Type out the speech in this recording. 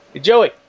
Joey